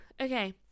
Okay